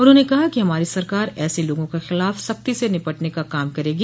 उन्होंने कहा कि हमारी सरकार ऐसे लोगों के खिलाफ सख्ती से निपटने का काम करेगी